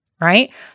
right